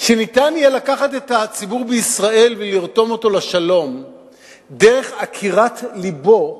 שניתן יהיה לקחת את הציבור בישראל ולרתום אותו לשלום דרך עקירת לבו,